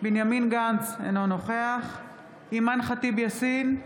בנימין גנץ, אינו נוכח אימאן ח'טיב יאסין,